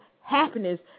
happiness